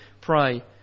pray